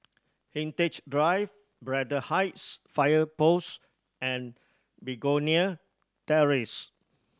Hindhede Drive Braddell Heights Fire Post and Begonia Terrace